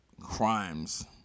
crimes